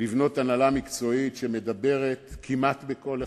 לבנות הנהלה מקצועית, שמדברת כמעט בקול אחד,